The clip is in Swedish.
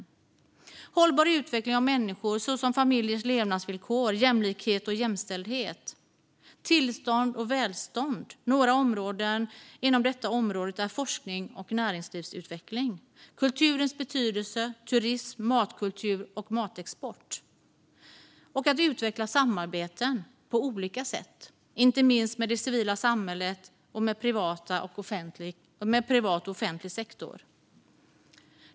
Det handlar också om hållbar utveckling av människor. Detta inkluderar familjers levnadsvillkor, jämlikhet och jämställdhet samt tillväxt och välstånd. Några andra områden inom detta är forskning och näringslivsutveckling, kulturens betydelse, turism, matkultur och matexport. Det gäller att utveckla samarbeten på olika sätt, inte minst med det civila samhället och med privat och offentlig sektor.